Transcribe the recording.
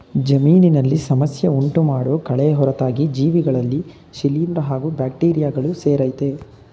ಜಮೀನಿನಲ್ಲಿ ಸಮಸ್ಯೆ ಉಂಟುಮಾಡೋ ಕಳೆ ಹೊರತಾಗಿ ಜೀವಿಗಳಲ್ಲಿ ಶಿಲೀಂದ್ರ ಹಾಗೂ ಬ್ಯಾಕ್ಟೀರಿಯಗಳು ಸೇರಯ್ತೆ